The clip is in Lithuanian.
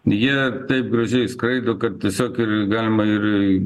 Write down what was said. jie taip gražiai skraido kad tiesiog galima ir